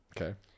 Okay